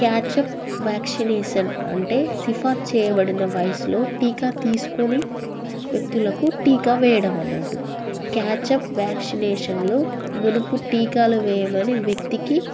catch up vaccination అంటే సిఫార్ చేయబడిన వయసులో టీకా తీసుకోని వ్యక్తులకు టీకా వేయడం అన్నట్టు క్యాచప్ వ్యాక్సినేషన్లు మునుపు టీకాలు వేయమని వ్యక్తికి